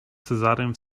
cezarym